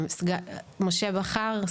משה בכר,